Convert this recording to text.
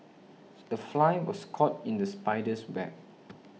the fly was caught in the spider's web